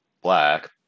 black